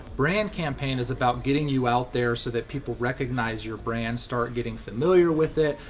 brand campaign is about getting you out there so that people recognize your brand, start getting familiar with it,